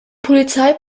polizei